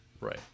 Right